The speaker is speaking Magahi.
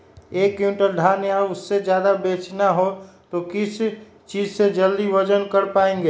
एक क्विंटल धान या उससे ज्यादा बेचना हो तो किस चीज से जल्दी वजन कर पायेंगे?